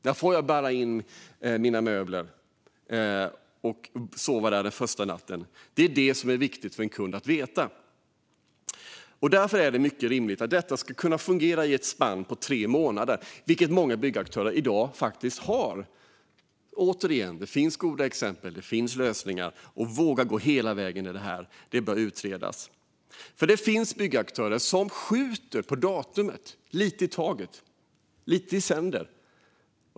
När får jag bära in mina möbler och får jag sova där den första natten? Detta är viktigt för en kund att veta. Det är mycket rimligt att få veta detta. Det här ska kunna fungera med ett tidsspann på tre månader, vilket många byggaktörer i dag har. Det finns som sagt goda exempel och lösningar. Man måste gå hela vägen och låta utreda det här. Det finns nämligen byggaktörer som skjuter på inflyttningsdatumet lite i taget.